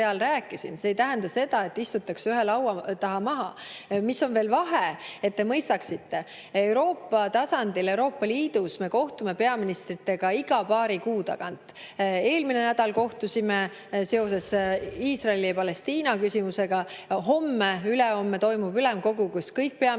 See ei tähenda seda, et istutaks ühe laua taha maha. Mis on veel vahe, et te mõistaksite: Euroopa tasandil, Euroopa Liidus me kohtume peaministritega iga paari kuu tagant. Eelmisel nädalal kohtusime seoses Iisraeli ja Palestiina küsimusega. Homme-ülehomme toimub ülemkogu, kus kõik peaministrid